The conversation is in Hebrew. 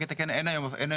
רק לתקן אין היום הפניה.